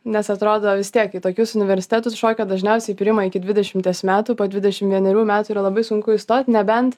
nes atrodo vis tiek į tokius universitetus šokio dažniausiai priima iki dvidešimties metų po dvidešim vienerių metų yra labai sunku įstot nebent